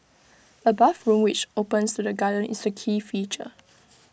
A bathroom which opens to the garden is the key feature